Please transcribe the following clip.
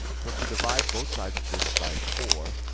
so if we divide both sides of this by four,